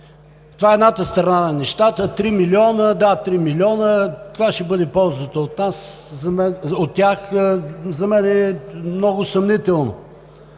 Това е едната страна на нещата. Три милиона. Да, три милиона. Каква ще бъде ползата от тях за мен е много съмнително,